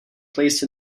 placed